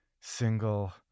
single